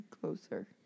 closer